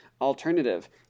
alternative